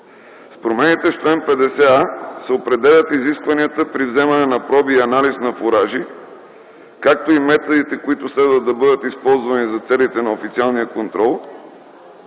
С промените в чл. 50а се определят изискванията при вземане на проби и анализ на фуражи, както и методите, които следва да бъдат използвани за целите на официалния контрол,